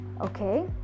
Okay